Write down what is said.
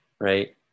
right